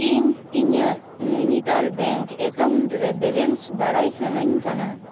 ᱤᱧ ᱤᱧᱟᱹᱜ Nainital bank account ᱨᱮ ᱵᱮᱞᱮᱱᱥ ᱵᱟᱲᱟᱭ ᱥᱟᱱᱟᱧ ᱠᱟᱱᱟ